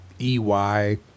EY